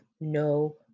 No